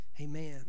Amen